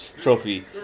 trophy